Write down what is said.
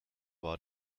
war